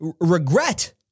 regret